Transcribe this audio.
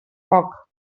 poc